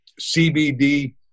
CBD